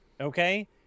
Okay